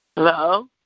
hello